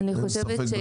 אין שום ספק.